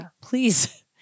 Please